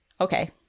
Okay